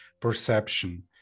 perception